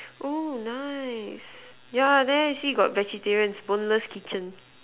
oh nice yeah there got vegetarian boneless kitchen